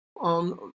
on